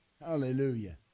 Hallelujah